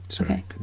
okay